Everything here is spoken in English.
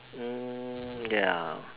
mm ya